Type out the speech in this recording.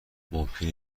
ممکنه